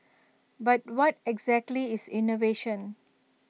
but what exactly is innovation